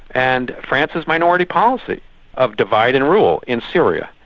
and france's minority policy of divide and rule in syria,